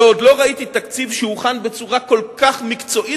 ועוד לא ראיתי תקציב שהוכן בצורה כל כך מקצועית,